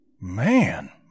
Man